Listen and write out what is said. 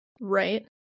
Right